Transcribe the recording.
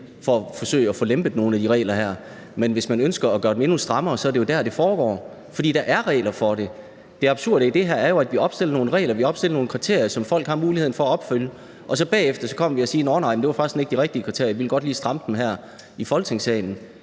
vi har forsøgt at få lempet nogle af de regler her. Men hvis man ønsker at gøre dem endnu strammere, er det jo dér, det foregår. Altså, der er regler for det. Det absurde i det her er jo, at vi opstiller nogle regler, vi opstiller nogle kriterier, som folk har mulighed for at opfylde, og bagefter kommer vi og siger: Nåh nej, det var forresten ikke de rigtige kriterier; vi vil godt lige stramme dem her i Folketingssalen.